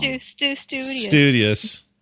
Studious